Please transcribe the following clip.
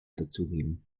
dazugeben